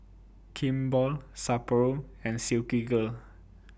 Kimball Sapporo and Silkygirl